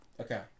Okay